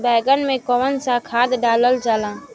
बैंगन में कवन सा खाद डालल जाला?